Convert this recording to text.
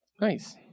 Nice